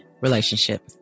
relationship